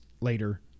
later